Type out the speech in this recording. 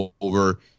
over